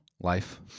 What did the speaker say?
Life